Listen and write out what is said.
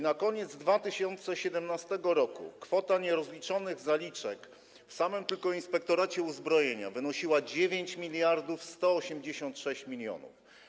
Na koniec 2017 r. kwota nierozliczonych zaliczek w samym tylko Inspektoracie Uzbrojenia wynosiła 9186 mln.